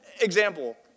Example